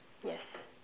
yes